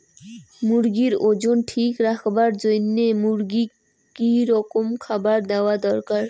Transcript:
মুরগির ওজন ঠিক রাখবার জইন্যে মূর্গিক কি রকম খাবার দেওয়া দরকার?